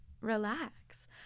relax